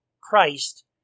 Christ